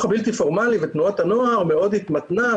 הבלתי פורמלי ותנועות הנוער מאוד התמנתה,